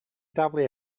daflu